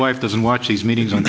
wife doesn't watch these meetings on